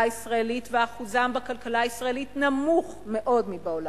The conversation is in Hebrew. הישראלית ואחוזם בכלכלה הישראלית נמוך מאוד מבעולם,